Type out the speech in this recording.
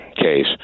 case